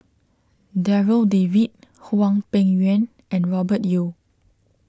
Darryl David Hwang Peng Yuan and Robert Yeo